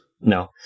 No